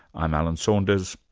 i'm alan saunders,